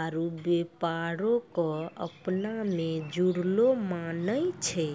आरु व्यापारो क अपना मे जुड़लो मानै छै